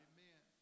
Amen